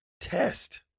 test